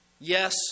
Yes